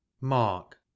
Mark